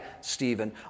Stephen